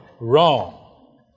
wrong